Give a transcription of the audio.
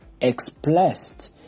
expressed